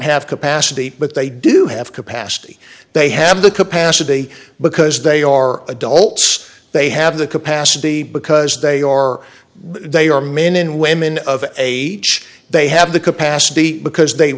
have capacity but they do have capacity they have the capacity because they are adults they have the capacity because they are they are men and women of a church they have the capacity because they